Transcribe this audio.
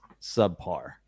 subpar